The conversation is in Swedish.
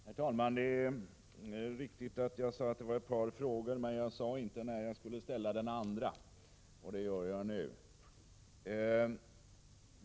Herr talman! Det är riktigt att jag sade att jag skulle ställa ett par frågor, men jag sade inte när jag skulle ställa den andra. Det gör jag nu.